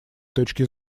точки